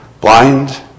blind